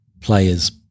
players